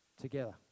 together